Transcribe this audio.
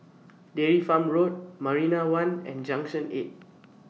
Dairy Farm Road Marina one and Junction eight